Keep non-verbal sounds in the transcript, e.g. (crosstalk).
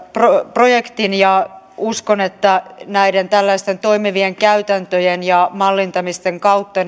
projektin ja uskon että näiden tällaisten toimivien käytäntöjen ja mallintamisten kautta (unintelligible)